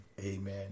Amen